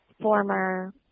former